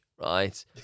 right